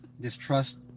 distrust